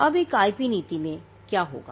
अब एक आईपी नीति में क्या होगा